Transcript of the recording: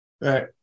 Right